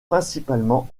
principalement